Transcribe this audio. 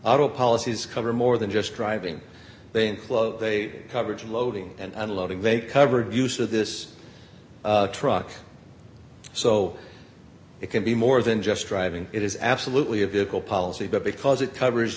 all policies cover more than just driving they enclosed they coverage loading and unloading they covered use of this truck so it can be more than just driving it is absolutely a vehicle policy but because it covers